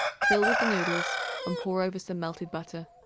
fill with the noodles and pour over some melted butter.